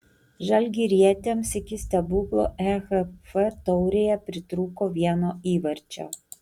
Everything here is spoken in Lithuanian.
žalgirietėms iki stebuklo ehf taurėje pritrūko vieno įvarčio